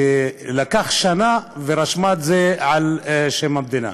שלקח שנה, ורשמה את זה על שם המדינה.